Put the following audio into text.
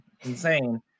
insane